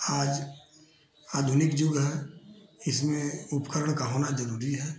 आज आधुनिक युग है इसमें उपकरण का होना ज़रूरी है